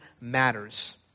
matters